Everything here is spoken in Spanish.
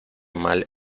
mal